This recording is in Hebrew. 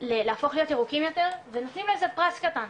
להפוך יותר ירוקים יותר ונותנים לזה פרס קטן,